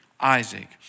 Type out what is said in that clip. Isaac